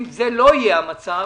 אם זה לא יהיה המצב